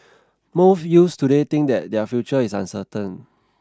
most youths today think that their future is uncertain